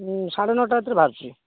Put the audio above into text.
ସାଢ଼େ ନଅଟା ଭିତରେ ବାହାରୁଛି